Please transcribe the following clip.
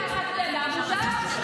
הערות, הערה קטנה, אז מותר.